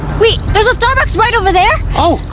wait, there's a starbucks right over there. oh,